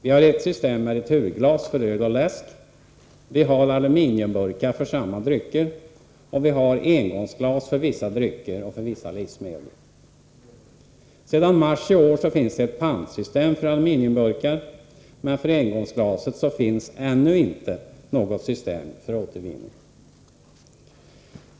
Vi har ett system med returglas för öl och läsk, vi har aluminiumburkar för samma drycker, och vi har engångsglas för vissa drycker och livsmedel. Sedan mars i år finns ett pantsystem för aluminiumburkar, men för engångsglaset finns ännu inte något system för återvinning.